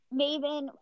Maven